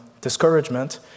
discouragement